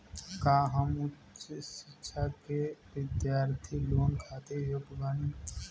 का हम उच्च शिक्षा के बिद्यार्थी लोन खातिर योग्य बानी?